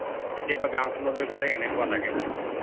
কেতিয়াবা গাঁওখনলৈ গ'লে এনেকুৱা লাগে